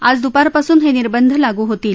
आज द्यपारपासून हे निर्बंध लागू होतील